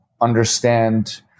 understand